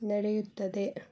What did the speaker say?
ನಡೆಯುತ್ತದೆ